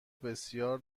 بسیار